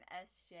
SJ